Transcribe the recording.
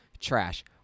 trash